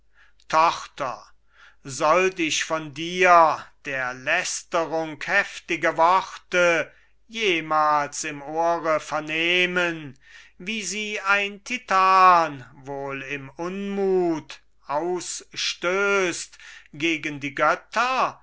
tochter sollt ich von dir der lästerung heftige worte jemals im ohre vernehmen wie sie ein titan wohl im unmut ausstößt gegen die götter